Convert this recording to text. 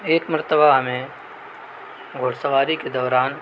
ایک مرتبہ ہمیں گھوڑسواری کے دوران